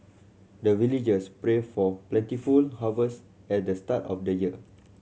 the villagers pray for plentiful harvest at the start of the year